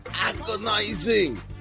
agonizing